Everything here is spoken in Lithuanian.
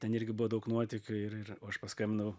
ten irgi buvo daug nuotykių ir ir o aš paskambinau